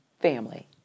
family